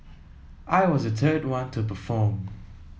I was the third one to perform